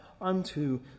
unto